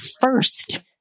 first